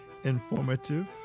informative